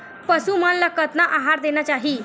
पशु मन ला कतना आहार देना चाही?